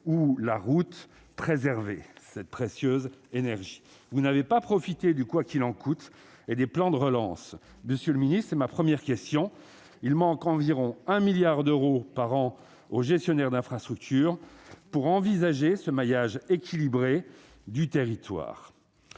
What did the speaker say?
ou la route préserver cette précieuse énergie, vous n'avez pas profité du quoi qu'il en coûte, et des plans de relance, monsieur le Ministre, c'est ma première question, il manque environ un milliard d'euros par an au gestionnaire d'infrastructure pour envisager ce maillage équilibré du territoire